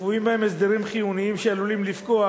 וקבועים בהם הסדרים חיוניים שעלולים לפקוע